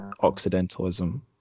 Occidentalism